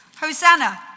Hosanna